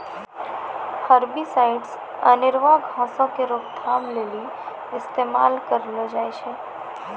herbicides अनेरुआ घासो के रोकथाम लेली इस्तेमाल करलो जाय छै